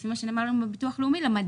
לפי מה שנאמר לנו בביטוח הלאומי, למדד.